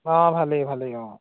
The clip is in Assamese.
অঁ ভালেই ভালেই অঁ